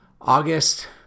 August